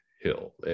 hill